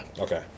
Okay